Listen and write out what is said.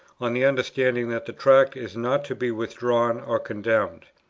on the understanding that the tract is not to be withdrawn or condemned.